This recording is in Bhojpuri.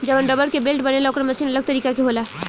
जवन रबड़ के बेल्ट बनेला ओकर मशीन अलग तरीका के होला